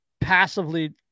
passively